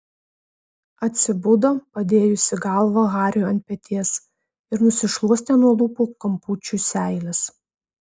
atsibudo padėjusi galvą hariui ant peties ir nusišluostė nuo lūpų kampučių seiles